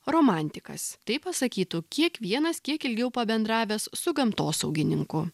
romantikas tai pasakytų kiekvienas kiek ilgiau pabendravęs su gamtosaugininku